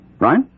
Right